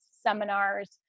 seminars